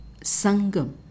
Sangam